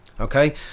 Okay